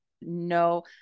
no